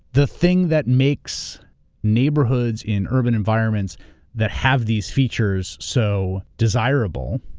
the thing that makes neighborhoods in urban environments that have these features so desirable?